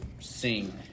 sing